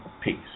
peace